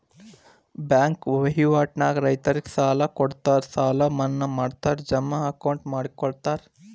bank ವಹಿವಾಟ ನ್ಯಾಗ ರೈತರಿಗೆ ಸಾಲ ಕೊಡುತ್ತಾರ ಸಾಲ ಮನ್ನಾ ಮಾಡ್ತಾರ ಜಮಾ ಅಕೌಂಟ್ ಮಾಡಿಕೊಡುತ್ತಾರ